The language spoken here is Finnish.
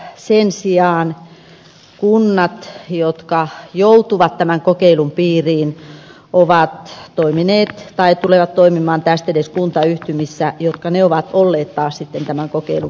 sen sijaan kunnat jotka joutuvat tämän kokeilun piiriin ovat toimineet tai tulevat toimimaan tästedes kuntayhtymissä jotka ovat taas olleet tämän kokeilun piirissä